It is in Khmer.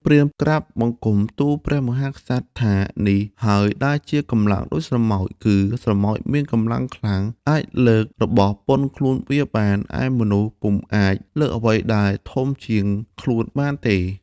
ព្រាហ្មណ៍ ក្រាបបង្គំទូលព្រះមហាក្សត្រថានេះ ហើយដែលថាកម្លាំងដូចស្រមោច គឺស្រមោចមានកម្លាំងខ្លាំងអាចលើករបស់ប៉ុនខ្លួនវាបាន ឯមនុស្សពុំអាចលើកអ្វីដែលធំជាងខ្លួនបានទេ ។